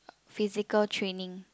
physical training